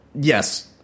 Yes